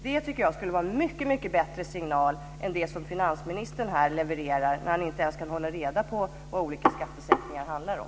Det tycker jag skulle vara en mycket bättre signal än den som finansministern här levererar när han inte ens kan hålla reda på vad olika skattesänkningar handlar om.